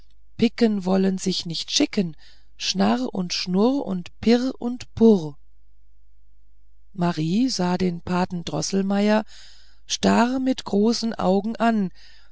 picken wollte sich nicht schicken schnarr und schnurr und pirr und purr marie sah den paten droßelmeier starr mit großen augen an